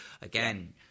again